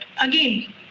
again